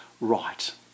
right